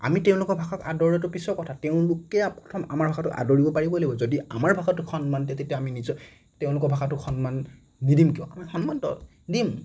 আমি তেওঁলোকৰ ভাষাটোক আদৰাটো পিছৰ কথা তেওঁলোকে প্ৰথম আমাৰ ভাষাটো আদৰিব পাৰিবই লাগিব যদি আমাৰ ভাষাটোক সন্মান দিয়ে তেতিয়া আমি নিজে তেওঁলোকৰ ভাষাটোক সন্মান নিদিম কিয় আমি সন্মান দিম